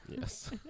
Yes